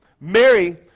Mary